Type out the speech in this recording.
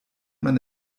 man